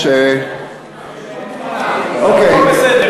הכול בסדר,